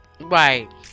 Right